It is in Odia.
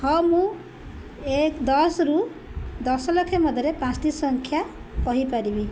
ହଁ ମୁଁ ଏକ ଦଶରୁ ଦଶଲକ୍ଷ ମଧ୍ୟରେ ପାଞ୍ଚଟି ସଂଖ୍ୟା କହିପାରିବି